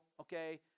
Okay